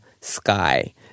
Sky